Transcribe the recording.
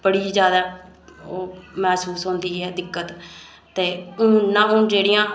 बड़ी ज्यादा ओह् मैहसूस होंदी ऐ दिक्कत ते हून न जेह्ड़ियां